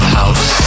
house